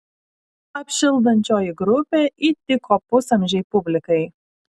apšildančioji grupė įtiko pusamžei publikai